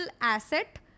asset